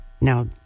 now